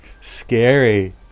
Scary